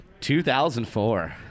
2004